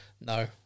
no